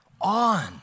on